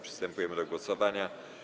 Przystępujemy do głosowania.